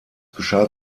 geschah